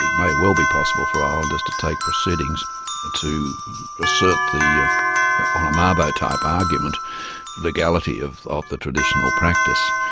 it may well be possible for islanders to take proceedings to assert the ah on a mabo type argument the legality of ah the traditional practice.